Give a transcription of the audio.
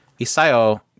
Isayo